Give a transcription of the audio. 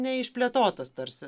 neišplėtotas tarsi